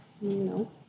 No